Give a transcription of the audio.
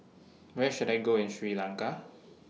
Where should I Go in Sri Lanka